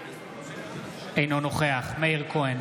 אינו נוכח מאיר כהן,